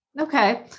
Okay